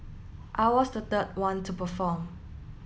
I was the the one to perform